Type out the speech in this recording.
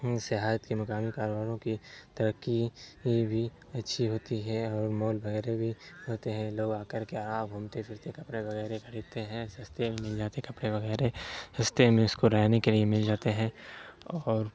سیاحت کے مقامی کاروباروں کی ترقی ای بھی اچھی ہوتی ہے اور مال وغیرہ بھی ہوتے ہیں لوگ آ کر کے راہ گھومتے پھرتے کپڑے وغیرہ خریدتے ہیں سستے میں مل جاتے ہیں کپڑے وغیرہ سستے میں اس کو رہنے کے لیے مل جاتے ہیں اور